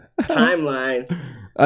timeline